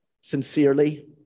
sincerely